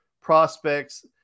prospects